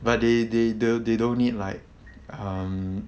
but they they the~ they don't need like um